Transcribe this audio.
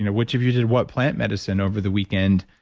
you know which of you did what plant medicine over the weekend.